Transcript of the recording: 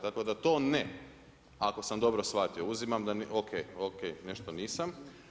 Tako da to ne, ako sam dobro shvatio, uzimam da mi, ok, ok, nešto nisam.